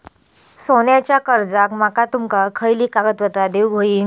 सोन्याच्या कर्जाक माका तुमका खयली कागदपत्रा देऊक व्हयी?